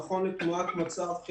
נכון לתמונת מצב,